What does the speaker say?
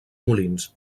molins